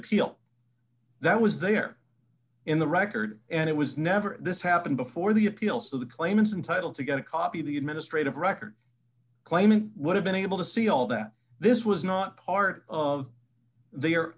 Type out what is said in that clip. appeal that was there in the record and it was never this happened before the appeal so the claimants entitle to get a copy of the administrative record claimant would have been able to see all that this was not part of the